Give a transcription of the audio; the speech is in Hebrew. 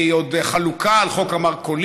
והיא עוד חלוקה על חוק המרכולים,